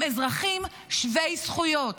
הם אזרחים שווי זכויות,